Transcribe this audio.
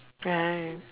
right